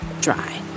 dry